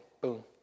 Boom